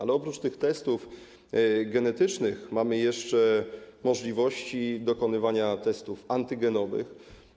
Ale oprócz testów genetycznych mamy jeszcze możliwości dokonywania testów antygenowych.